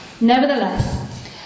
Nevertheless